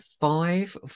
five